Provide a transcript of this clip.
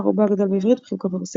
רובו הגדול בעברית וחלקו ברוסית,